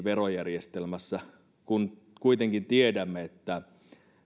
verojärjestelmässä kun kuitenkin tiedämme että